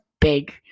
big